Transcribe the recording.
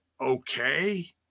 okay